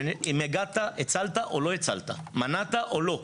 שאם הגעת, הצלת או לא הצלת, מנעת או לא.